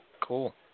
Cool